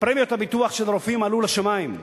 פרמיות הביטוח של רופאים עלו לשמים,